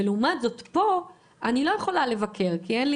ולעומת זאת פה אני לא יכולה לבקר כי אין לי